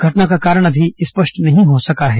घटना का कारण अमी स्पष्ट नहीं हो सका है